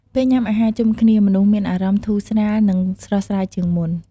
ពេលញ៉ាំអាហារជុំគ្នា មនុស្សមានអារម្មណ៍ធូរស្រាល និងស្រស់ស្រាយជាងមុន។